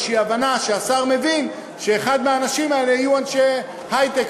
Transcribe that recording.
מתוך איזושהי הבנה שהשר מבין שאחד מהאנשים האלה יהיה מאנשי ההיי-טק,